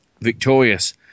victorious